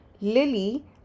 Lily